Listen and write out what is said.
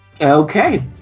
okay